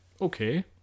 okay